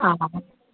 हा